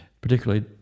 Particularly